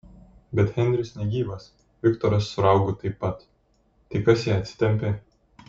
bet henris negyvas viktoras su raugu taip pat tai kas ją atsitempė